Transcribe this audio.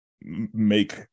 make